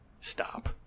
stop